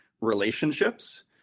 relationships